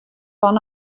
fan